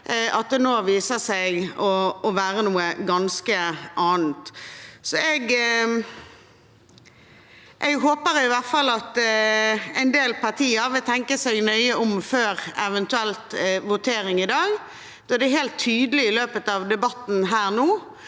det seg nå å være noe ganske annet. Jeg håper i hvert fall at en del partier vil tenke seg nøye om før voteringen i dag, da det helt tydelig i løpet av debatten her i